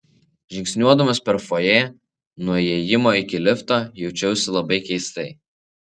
žingsniuodamas per fojė nuo įėjimo iki lifto jaučiausi labai keistai